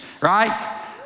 right